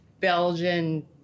Belgian